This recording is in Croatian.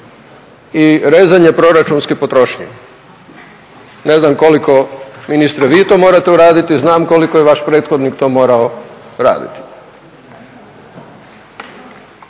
i rezanje proračunske potrošnje. Ne znam koliko ministre vi to morate uraditi znam koliko je vaš prethodnik to morao raditi.